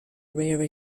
rare